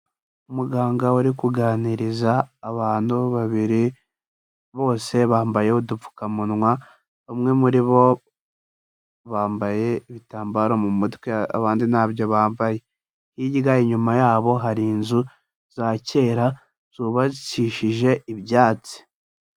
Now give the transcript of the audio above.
Umuganga uri kuganiriza abantu babiri, bose bambaye udupfukamunwa, bamwe muri bo bambaye ibitambaro mu mutwe abandi ntabyo bambaye, hirya inyuma yabo hari inzu za kera zubakishije ibyatsi.